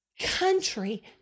country